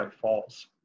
falls